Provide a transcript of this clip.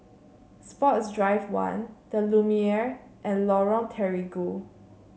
Sports Drive One the Lumiere and Lorong Terigu